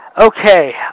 Okay